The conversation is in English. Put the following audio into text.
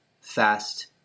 fast